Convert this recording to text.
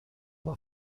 war